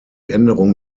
änderung